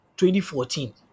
2014